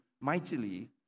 mightily